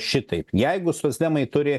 šitaip jeigu socdemai turi